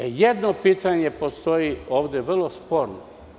Jedno pitanje postoji ovde vrlo sporno.